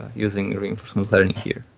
using reinforcement learning here.